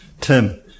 Tim